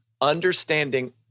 understanding